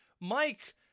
Mike